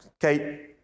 Kate